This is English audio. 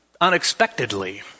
unexpectedly